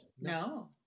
No